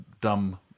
dumb